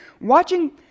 watching